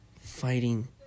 fighting